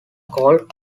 called